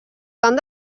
tant